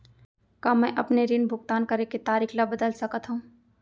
का मैं अपने ऋण भुगतान करे के तारीक ल बदल सकत हो?